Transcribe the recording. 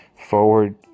forward